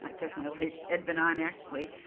and cause my old hitch had been on actually,